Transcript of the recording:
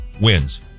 wins